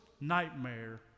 nightmare